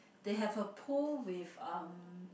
they have a pool with um